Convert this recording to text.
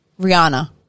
Rihanna